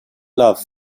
love